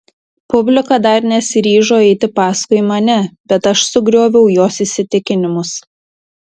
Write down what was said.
publika dar nesiryžo eiti paskui mane bet aš sugrioviau jos įsitikinimus